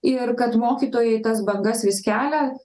ir kad mokytojai tas bangas vis kelia